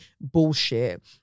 bullshit